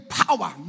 power